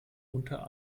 unter